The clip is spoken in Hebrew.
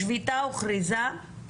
השביתה הוכרזה.